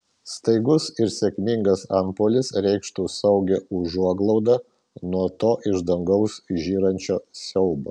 staigus ir sėkmingas antpuolis reikštų saugią užuoglaudą nuo to iš dangaus žyrančio siaubo